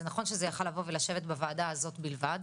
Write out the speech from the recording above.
זה נכון שזה יכל לבוא ולשבת בוועדה הזאת בלבד,